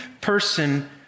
person